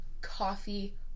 coffee